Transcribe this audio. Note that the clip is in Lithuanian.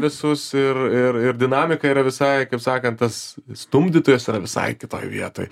visus ir ir ir dinamika yra visai kaip sakant tas stumdytojas yra visai kitoj vietoj